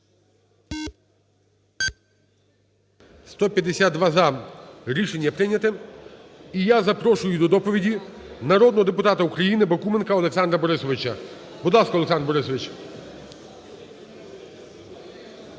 За-152 Рішення прийняте. І я запрошую до доповіді народного депутата України Бакуменка Олександра Борисовича. Будь ласка, Олександр Борисович.